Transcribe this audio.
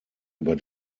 über